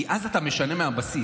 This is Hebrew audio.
כי אז אתה משנה מהבסיס.